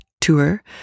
tour